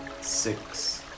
Six